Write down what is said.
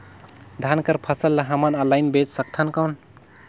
धान कर फसल ल हमन ऑनलाइन बेच सकथन कौन?